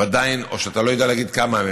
או שאתה לא יודע להגיד כמה,